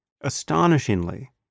Astonishingly